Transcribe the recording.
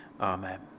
Amen